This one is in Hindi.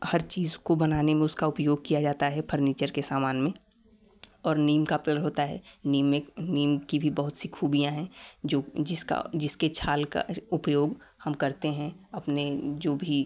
हर चीज़ को बनाने में उसका उपयोग किया जाता है फर्नीचर के सामान में और नीम का पेड़ होता है नीम एक नीम की भी बहुत सी खूबियाँ हैं जो जिसका जिसके छाल का उपयोग हम करते हैं अपने जो भी